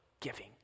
giving